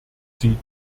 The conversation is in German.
sie